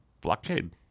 Blockade